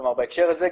כלומר בהקשר הזה,